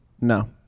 No